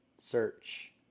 search